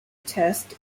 test